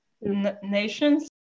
nations